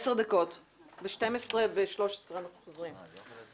ב-12:13 אנחנו חוזרים.